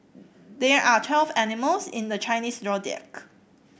there are twelve animals in the Chinese Zodiac